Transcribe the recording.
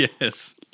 Yes